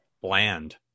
bland